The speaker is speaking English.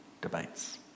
debates